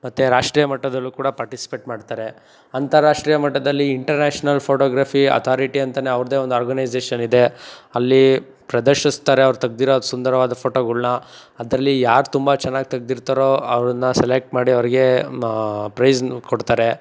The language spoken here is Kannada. ಮತ್ತು ರಾಷ್ಟೀಯ ಮಟ್ಟದಲ್ಲೂ ಕೂಡ ಪಾರ್ಟಿಸ್ಪೇಟ್ ಮಾಡ್ತಾರೆ ಅಂತಾರಾಷ್ಟ್ರೀಯ ಮಟ್ಟದಲ್ಲಿ ಇಂಟರ್ನ್ಯಾಷ್ನಲ್ ಫೋಟೋಗ್ರಫಿ ಅಥಾರಿಟಿ ಅಂತ ಅವ್ರದ್ದೆ ಒಂದು ಆರ್ಗನೈಝೇಶನ್ ಇದೆ ಅಲ್ಲಿ ಪ್ರದರ್ಶಿಸ್ತಾರೆ ಅವ್ರು ತೆಗೆದಿರೋ ಸುಂದರವಾದ ಫೋಟೋಗಳ್ನ ಅದರಲ್ಲಿ ಯಾರು ತುಂಬ ಚೆನ್ನಾಗ್ ತೆಗೆದಿರ್ತಾರೋ ಅವರನ್ನ ಸೆಲೆಕ್ಟ್ ಮಾಡಿ ಅವರಿಗೇ ಪ್ರೈಝನ್ನು ಕೊಡ್ತಾರೆ